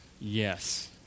yes